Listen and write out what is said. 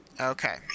Okay